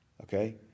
okay